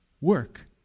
work